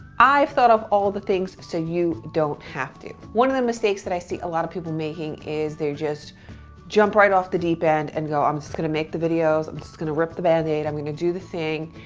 i've thought of all the things so you don't have to. one of the mistakes that i see a lot of people making is they just jump right off the deep end and go i'm just gonna make the videos, i'm just gonna rip the bandaid, i'm gonna do the thing,